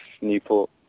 Newport